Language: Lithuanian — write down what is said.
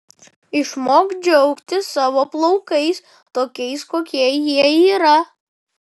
išmok džiaugtis savo plaukais tokiais kokie jie yra